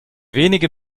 wenige